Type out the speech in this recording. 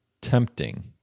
tempting